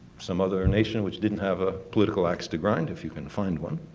some other nation which didn't have a political axe to grind, if you can find one,